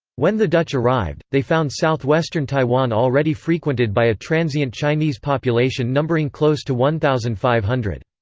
when the dutch arrived, they found southwestern taiwan already frequented by a transient chinese population numbering close to one thousand five hundred.